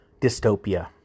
dystopia